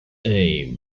aim